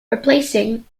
replacing